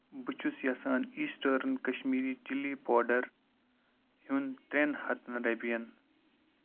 بہٕ چھُس یَژھان ایٖسٹٔرن کشمیٖری چِلی پاوڈر ہٮ۪ون ترٛیٚن ہَتَن رۄپٮ۪ن